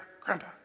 Grandpa